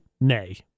Nay